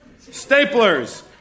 staplers